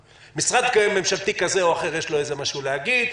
משרד ממשלתי כזה או אחר יש לו איזה משהו להגיד,